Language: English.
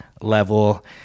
level